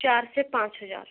चार से पाँच हज़ार